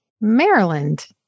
Maryland